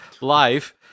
life